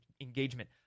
Engagement